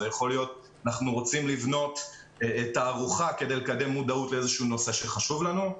אנחנו רוצים לבנות תערוכה כדי לקדם מודעות לאיזשהו נושא שחשוב לנו.